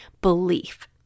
belief